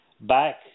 back